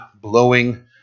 blowing